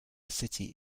city